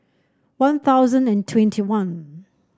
One Thousand and twenty one